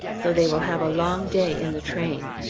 so they will have a long day in the train.